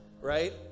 Right